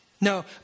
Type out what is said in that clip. No